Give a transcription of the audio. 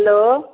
hello